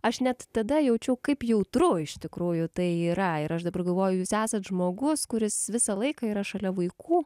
aš net tada jaučiau kaip jautru iš tikrųjų tai yra ir aš dabar galvoju jūs esat žmogus kuris visą laiką yra šalia vaikų